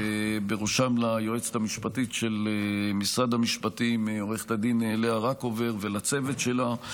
ובראשם ליועצת המשפטית של משרד המשפטים עו"ד לאה רקובר ולצוות שלה.